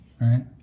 right